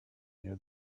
near